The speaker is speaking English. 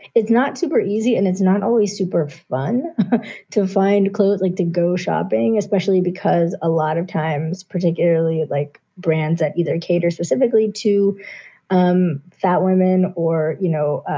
it's not super easy. and it's not always super fun to find clues like to go shopping, especially because a lot of times, particularly like brands that either cater specifically to um fat women or, you know,